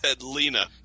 Lena